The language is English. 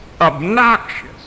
obnoxious